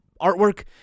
artwork